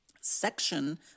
section